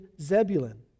Zebulun